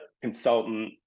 consultant